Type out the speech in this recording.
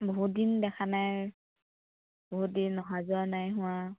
বহুত দিন দেখা নাই বহুত দিন অহা যোৱা নাই হোৱা